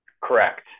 Correct